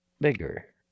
bigger